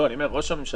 מה זה?